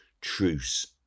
truce